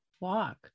walk